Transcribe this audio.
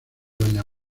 doña